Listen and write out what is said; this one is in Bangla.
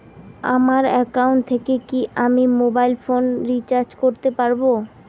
আমার একাউন্ট থেকে কি আমি মোবাইল ফোন রিসার্চ করতে পারবো?